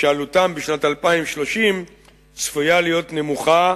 שעלותם בשנת 2030 צפויה להיות נמוכה